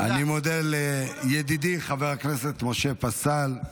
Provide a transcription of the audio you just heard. אני מודה לידידי חבר הכנסת משה פסל.